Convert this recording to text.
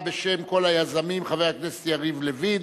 ההצעה, בשם כל היוזמים, חבר הכנסת יריב לוין,